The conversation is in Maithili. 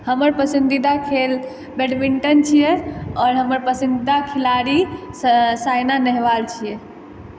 हमर पसन्दीदा खेल बैडमिन्टन छियै आओर हमार पसन्दीदा खिलाड़ी साइना नेहवाल छियै